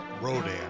Rodan